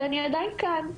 ואני עדיין כאן,